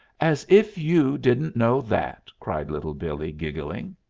as if you didn't know that! cried little billee, giggling.